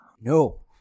No